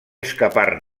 escapar